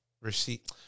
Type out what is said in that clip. receipt